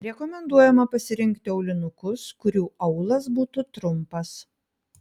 rekomenduojama pasirinkti aulinukus kurių aulas būtų trumpas